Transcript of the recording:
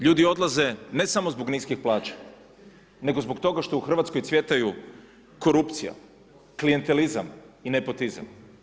Ljudi odlaze ne samo zbog niskih plaća, nego zbog toga što u Hrvatskoj cvjetaju korupcija, klijentelizam i nepotizam.